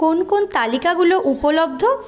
কোন কোন তালিকাগুলো উপলব্ধ